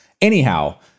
Anyhow